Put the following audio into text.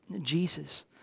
Jesus